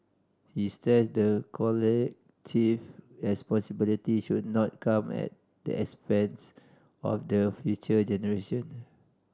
he stressed the collective responsibility should not come at the expense of the future generation